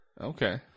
Okay